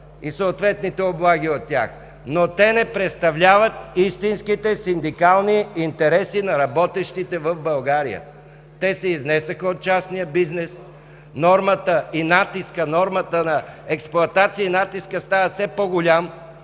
и съответните облаги от тях, но те не представляват истинските синдикални интереси на работещите в България. Те се изнесоха от частния бизнес, нормата на експлоатация и натискът стават все по-големи,